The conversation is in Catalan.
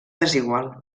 desigual